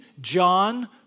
John